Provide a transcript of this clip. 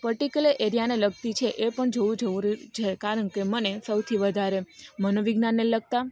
particular એરિયાને લગતી છે એ પણ જોવું જરૂરી છે કારણ કે મને સૌથી વધારે મનોવિજ્ઞાનને લગતાં